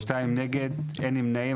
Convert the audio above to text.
2 נמנעים,